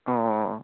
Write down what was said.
অঁ অঁ